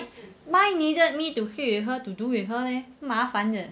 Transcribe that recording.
mine needed me to sit with her to do with her leh 麻烦的